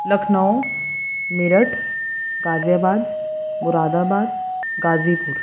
Lucknow Meerut Ghaziabad Moradabad غازی پور